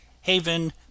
Haven